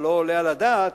לא עולה על הדעת